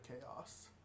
chaos